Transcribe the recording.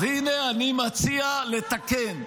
אז הינה, אני מציע לתקן.